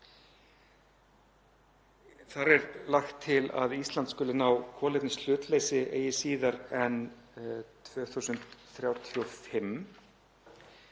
Þar er lagt til að Ísland skuli ná kolefnishlutleysi eigi síðar en 2035.